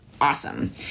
awesome